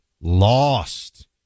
lost